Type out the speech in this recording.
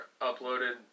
uploaded